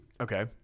Okay